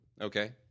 Okay